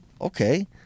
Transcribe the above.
Okay